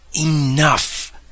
ENOUGH